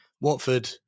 Watford